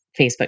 Facebook